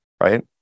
right